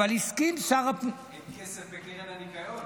אין כסף בקרן הניקיון,